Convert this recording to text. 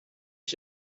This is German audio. ich